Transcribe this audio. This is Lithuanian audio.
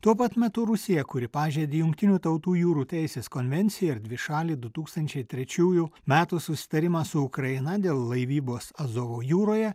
tuo pat metu rusija kuri pažeidė jungtinių tautų jūrų teisės konvenciją ir dvišalį du tūkstančiai trečiųjų metų susitarimą su ukraina dėl laivybos azovo jūroje